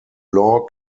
law